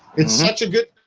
it's such a good